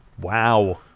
Wow